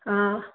हाँ